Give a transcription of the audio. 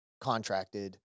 contracted